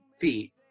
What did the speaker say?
feet